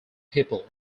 people